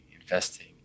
investing